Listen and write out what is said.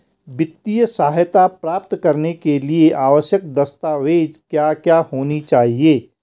वित्तीय सहायता प्राप्त करने के लिए आवश्यक दस्तावेज क्या क्या होनी चाहिए?